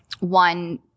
one